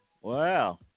Wow